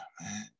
man